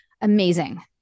amazing